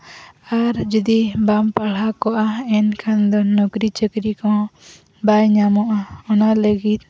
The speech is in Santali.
ᱟᱨ ᱡᱩᱫᱤ ᱵᱟᱢ ᱯᱟᱲᱦᱟᱣ ᱠᱚᱜᱼᱟ ᱮᱱᱠᱷᱟᱱ ᱱᱚᱠᱨᱤᱼᱪᱟᱹᱠᱨᱤ ᱠᱚᱦᱚᱸ ᱵᱟᱭ ᱧᱟᱢᱚᱜᱼᱟ ᱚᱱᱟ ᱞᱟᱹᱜᱤᱫ